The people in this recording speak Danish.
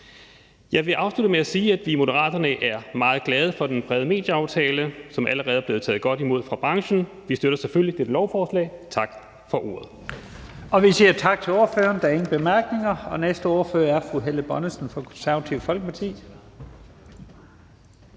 Jeg vil afslutte med at sige, at vi i Moderaterne er meget glade for den brede medieaftale, som allerede er blevet taget godt imod af branchen. Vi støtter selvfølgelig dette lovforslag. Tak for ordet. Kl. 12:53 Første næstformand (Leif Lahn Jensen): Vi siger tak til ordføreren. Der er ingen korte bemærkninger. Den næste ordfører er fru Helle Bonnesen fra Det Konservative Folkeparti.